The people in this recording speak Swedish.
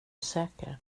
säker